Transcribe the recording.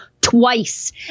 twice